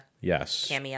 Yes